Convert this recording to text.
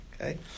Okay